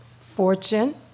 fortune